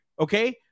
okay